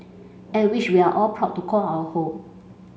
and which we are all proud to call our home